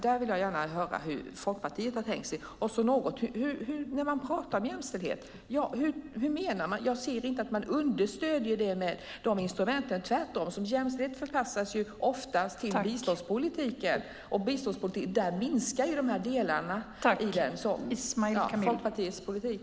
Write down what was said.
Där vill jag gärna höra hur Folkpartiet har tänkt. Hur menar man när man pratar om jämställdhet? Jag ser inte att man understöder den med de här instrumenten, tvärtom. Jämställdheten förpassas oftast till biståndspolitiken. Där minskar de här delarna. Vilken är Folkpartiets politik?